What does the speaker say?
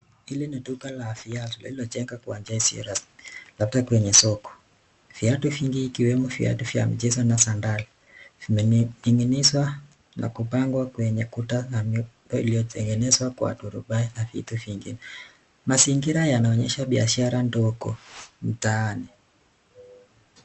Hili ni duka la viatu lililojengwa kwa njia isiyo rasmi kwenye soko. Viatu vingi ikiwemo viatu vya michezo na sandala vimening'inizwa na kupangwa kwenye kuta na miti iliyotengenezwa kwa [] na vitu vingine. Mazingira yanaonyesha biashara ndogo mtaani.